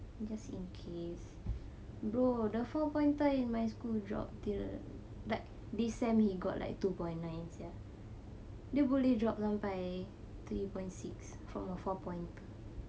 just in case bro the four pointer in my school drop tier like this sem he got like two point nine sia dia boleh drop sampai three point six from a four pointer